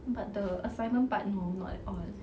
but the assignment part no not at all